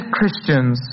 Christians